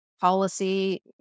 policy